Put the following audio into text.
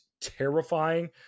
terrifying